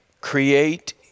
Create